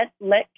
let